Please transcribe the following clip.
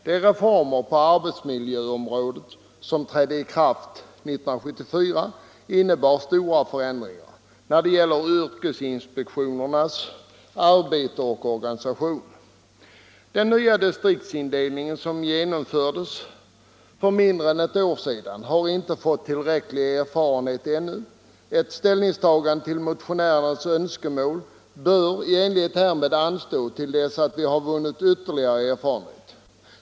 De reformer på arbetsmiljöområdet som trädde i kraft 1974 innebar stora förändringar när det gäller yrkesinspektionens arbete och organisation. Vi har ännu inte vunnit tillräcklig erfarenhet av den nya distriktsindelning som genomfördes för mindre än ett år sedan. Ett ställningstagande till motionärernas önskemål bör i enlighet härmed anstå till dess att vi har vunnit ytterligare erfarenhet.